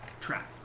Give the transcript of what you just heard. trap